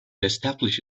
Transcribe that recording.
establish